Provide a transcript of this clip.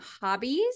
hobbies